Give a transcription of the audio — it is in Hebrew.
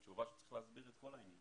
כתשובה צריך להסביר את כל העניין.